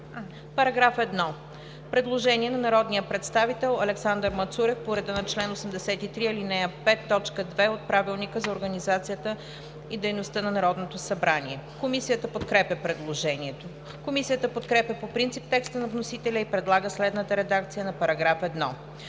По § 1 има предложение на народния представител Александър Мацурев по реда на чл. 83, ал. 5, т. 2 от Правилника за организацията и дейността на Народното събрание. Комисията подкрепя предложението. Комисията подкрепя по принцип текста на вносителя и предлага следната редакция на § 1: „§ 1.